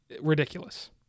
Ridiculous